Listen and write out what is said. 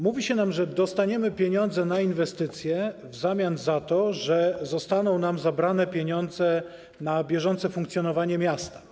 Mówi się nam, że dostaniemy pieniądze na inwestycje w zamian za to, że zostaną nam zabrane pieniądze na bieżące funkcjonowanie miasta.